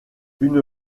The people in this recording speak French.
une